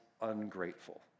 ungrateful